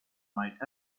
might